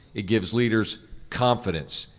it gives leaders confidence.